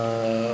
err